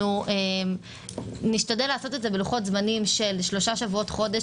אנחנו נשתדל לעשות את זה בלוחות זמנים של שלושה שבועות או חודש